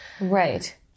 Right